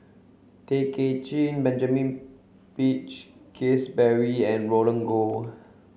Tay Kay Chin Benjamin Peach Keasberry and Roland Goh